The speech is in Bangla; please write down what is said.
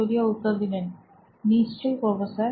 কিউরিও নিশ্চয়ই করব স্যার